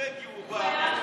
בנורבגי הוא בא.